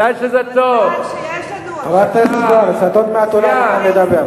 חברת הכנסת זוארץ, את עוד מעט עולה לדבר.